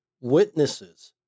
witnesses